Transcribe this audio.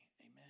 Amen